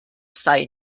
site